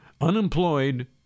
unemployed